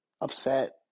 upset